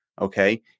Okay